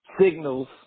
signals